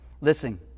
Listen